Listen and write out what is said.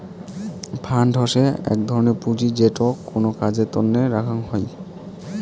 fund হসে এক ধরনের পুঁজি যেটো কোনো কাজের তন্নে রাখ্যাং হই